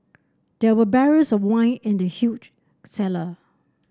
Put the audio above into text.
there were barrels of wine in the huge cellar